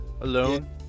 alone